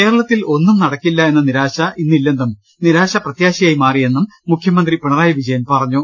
കേരളത്തിൽ ഒന്നും നടക്കില്ല എന്ന നിരാശ ഇന്നില്ലെന്നും നിരാശ പ്രത്യാശയായി മാറിയെന്നും മുഖ്യമന്ത്രി പിണറായി വിജയൻ പറഞ്ഞു